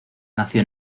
nació